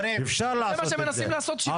זה מה שמנסים לעשות 70 שנה.